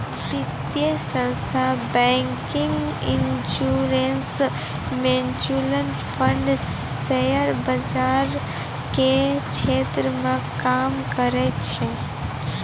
वित्तीय संस्थान banking insurance mutual fund share बाजार के क्षेत्र मे काम करै छै